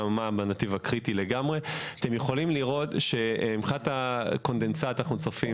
אפשר לראות שמבחינת הקונדנסט אנחנו צופים